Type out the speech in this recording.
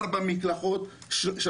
ארבע מקלחות,